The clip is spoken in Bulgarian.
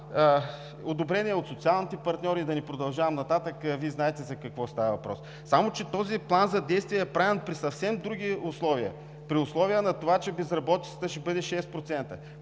одобрен е от социалните партньори, да не продължавам нататък – Вие знаете за какво става въпрос. Само че този план за действие е правен при съвсем други условия – при условие че безработицата ще бъде 6%,